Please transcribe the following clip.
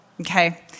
okay